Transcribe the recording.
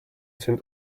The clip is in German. sind